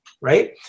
Right